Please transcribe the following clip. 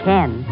Ken